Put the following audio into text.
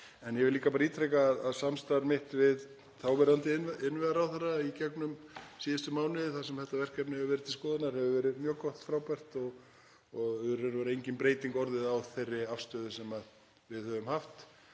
En ég vil líka ítreka að samstarf mitt við þáverandi innviðaráðherra síðustu mánuði, þar sem þetta verkefni hefur verið til skoðunar, hefur verið mjög gott, frábært, og í raun og veru hefur engin breyting orðið á þeirri afstöðu sem við höfum haft.